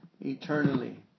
eternally